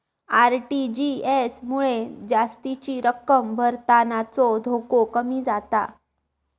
RTGS मुळे जास्तीची रक्कम भरतानाचो धोको कमी जाता